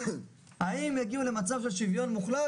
האם יגיעו למצב של שוויון מוחלט?